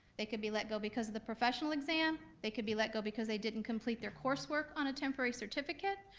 they could be let go because of the professional exam, they could be let go because they didn't complete their coursework on a temporary certificate,